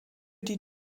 die